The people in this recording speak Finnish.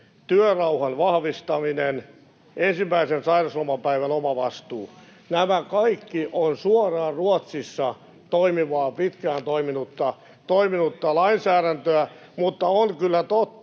työrauhan vahvistaminen, ensimmäisen sairauslomapäivän omavastuu. Nämä kaikki ovat suoraan Ruotsissa toimivaa, pitkään toiminutta, lainsäädäntöä. On kyllä totta,